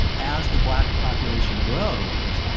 as the black population grows,